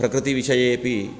प्रकृतिविषयेपि